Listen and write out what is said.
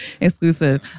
exclusive